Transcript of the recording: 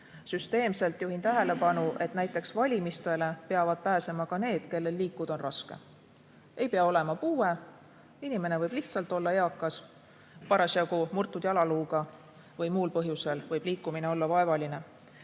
Süsteemselt juhin tähelepanu, et näiteks valimistele peavad pääsema ka need, kellel liikuda on raske. Ei pea olema puue, inimene võib lihtsalt olla eakas, parasjagu murtud jalaluuga või muul põhjusel vaevalise liikumisega. Seega,